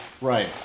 Right